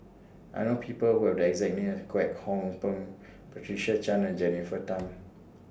I know People Who Have The exact name as Kwek Hong Png Patricia Chan and Jennifer Tham